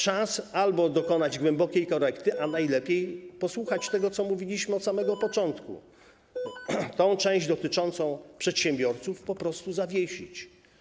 Czas albo dokonać głębokiej korekty, a najlepiej posłuchać tego, co mówiliśmy od samego początku i tę część dotyczącą przedsiębiorców po prostu zawiesić.